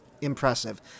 impressive